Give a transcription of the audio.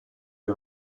che